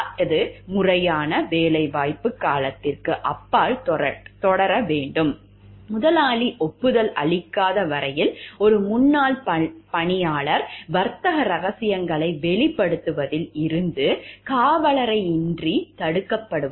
இது முறையான வேலைவாய்ப்பு காலத்திற்கு அப்பால் தொடர வேண்டும் முதலாளி ஒப்புதல் அளிக்காத வரையில் ஒரு முன்னாள் பணியாளர் வர்த்தக ரகசியங்களை வெளிப்படுத்துவதில் இருந்து காலவரையின்றி தடுக்கப்படுவார்